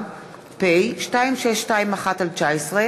שלי יחימוביץ,